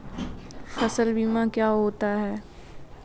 फसल बीमा क्या होता है?